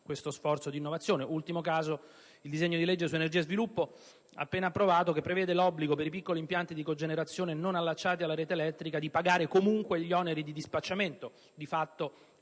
lo sforzo di innovazione. L'ultimo caso è il disegno di legge su energia e sviluppo, appena approvato, che prevede l'obbligo per i piccoli impianti di cogenerazione non allacciati alla rete elettrica di pagare comunque gli oneri di dispacciamento,